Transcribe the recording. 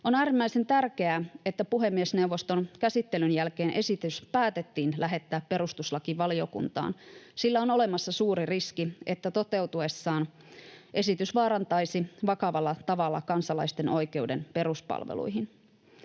On äärimmäisen tärkeää, että puhemiesneuvoston käsittelyn jälkeen esitys päätettiin lähettää perustuslakivaliokuntaan, sillä on olemassa suuri riski, että toteutuessaan esitys vaarantaisi vakavalla tavalla kansalaisten oikeuden peruspalveluihin.